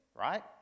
right